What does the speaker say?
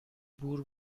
بور